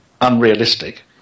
unrealistic